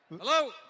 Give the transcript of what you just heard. hello